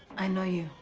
i know you.